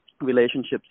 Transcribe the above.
relationships